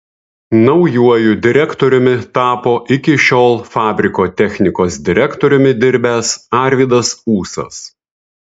naujuoju direktoriumi tapo iki šiol fabriko technikos direktoriumi dirbęs arvydas ūsas